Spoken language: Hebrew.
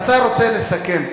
השר רוצה לסכם,